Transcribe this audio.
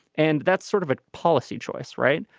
and that's sort of a policy choice right.